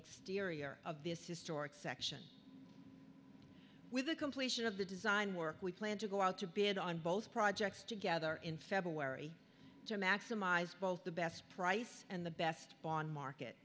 exterior of this historic section with the completion of the design work we plan to go out to bid on both projects together in february to maximize both the best price and the best bond market